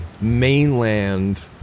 mainland